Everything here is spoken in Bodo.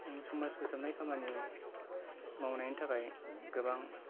आं समाज फोसाबनाय खामानि मावनायनि थाखाय गोबां